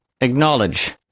acknowledge